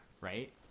Right